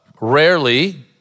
Rarely